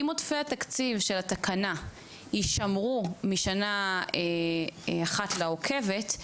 אם עודפי התקציב של התקנה יישמרו משנה אחת לעוקבת,